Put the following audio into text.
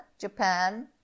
Japan